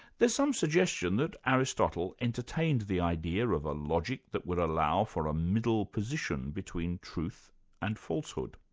there's some suggestion that aristotle entertained the idea of a logic that would allow for a middle position between truth and falsehood.